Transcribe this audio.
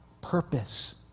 Purpose